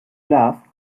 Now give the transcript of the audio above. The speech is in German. love